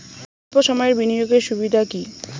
অল্প সময়ের বিনিয়োগ এর সুবিধা কি?